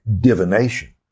divination